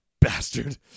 bastard